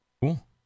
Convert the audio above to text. Cool